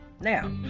Now